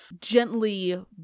gently